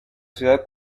ciudad